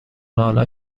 ناله